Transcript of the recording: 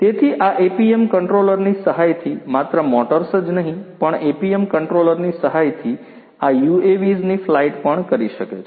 તેથી આ એપીએમ કન્ટ્રોલરની સહાયથી માત્ર મોટર્સ જ નહીં પણ એપીએમ કન્ટ્રોલરની સહાયથી આ UAVs ની ફ્લાઇટ પણ કરી શકે છે